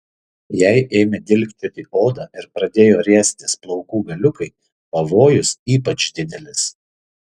jei ėmė dilgčioti odą ir pradėjo riestis plaukų galiukai pavojus ypač didelis